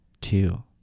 two